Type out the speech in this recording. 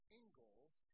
angles